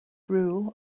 rule